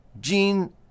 gene